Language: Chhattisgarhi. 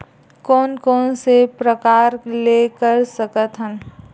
कोन कोन से प्रकार ले कर सकत हन?